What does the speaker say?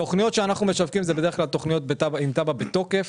התכניות שאנחנו משווקים הן בדרך כלל תכניות עם תב"ע בתוקף.